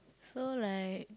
so like